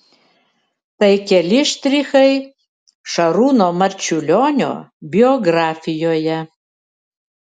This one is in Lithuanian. tai keli štrichai šarūno marčiulionio biografijoje